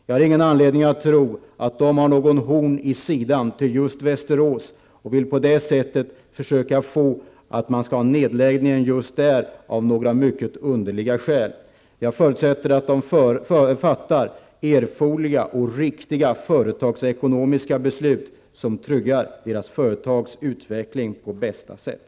Jag har inte någon anledning att tro att ägaren har något horn i sidan till just Västerås och på det sättet skulle vilja genomföra nedläggning just där av några mycket underliga skäl. Jag förutsätter att ägaren fattar erforderliga och riktiga företagsekonomiska beslut som tryggar företagets utveckling på bästa sätt.